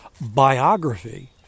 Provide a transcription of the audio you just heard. biography